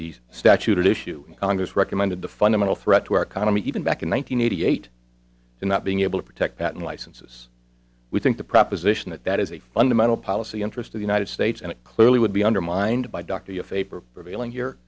these statute issue congress recommended the fundamental threat to our economy even back in one thousand nine hundred eighty eight and not being able to protect that in licenses we think the proposition that that is a fundamental policy interest of the united states and it clearly would be undermined by dr you favor prevailing here